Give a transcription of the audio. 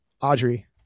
Audrey